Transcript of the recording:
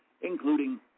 including